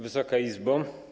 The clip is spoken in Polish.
Wysoka Izbo!